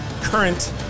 current